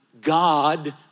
God